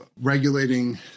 regulating